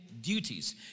duties